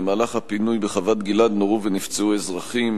במהלך הפינוי בחוות-גלעד נורו ונפצעו אזרחים.